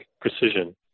precision